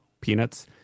peanuts